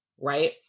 Right